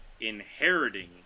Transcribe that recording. inheriting